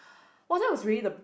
!wah! then was really the